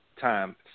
time